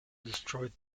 destroyed